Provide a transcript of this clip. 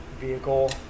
vehicle